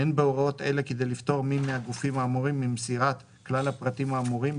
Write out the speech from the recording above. אין בהוראה זו כדי לפטור מי מהגופים האמורים ממסירת כלל הפרטים האמורים,